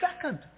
Second